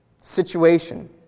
situation